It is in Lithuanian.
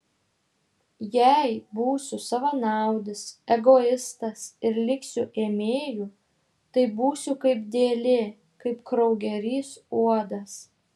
jei būsiu savanaudis egoistas ir liksiu ėmėju tai būsiu kaip dėlė kaip kraugerys uodas